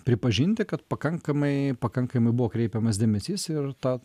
pripažinti kad pakankamai pakankamai buvo kreipiamas dėmesys ir ta